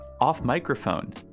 off-microphone